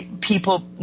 people